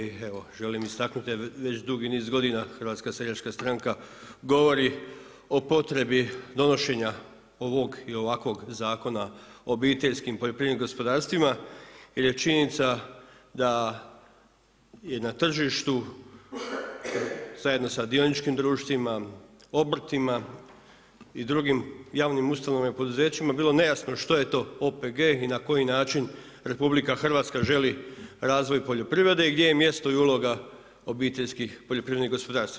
I želim istaknut već dugi niz godina Hrvatska seljačka stranka govori o potrebi donošenja ovog i ovakvog zakona o obiteljskim poljoprivrednim gospodarstvima jer je činjenica da i na tržištu zajedno sa dioničkim društvima, obrtima i drugim javnim ustanovama i poduzećima bilo nejasno što je to OPG i na koji način Republika Hrvatska želi razvoj poljoprivrede i gdje je mjesto i uloga obiteljskih poljoprivrednih gospodarstava.